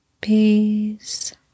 peace